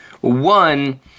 One